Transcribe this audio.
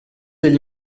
degli